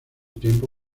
tiempo